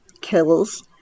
kills